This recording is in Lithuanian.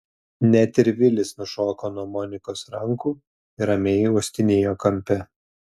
net ir vilis nušoko nuo monikos rankų ir ramiai uostinėjo kampe